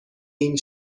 این